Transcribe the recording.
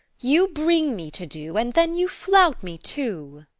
you bring me to do, and then you flout me too.